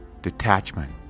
Detachment